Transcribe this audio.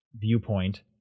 viewpoint